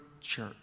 Church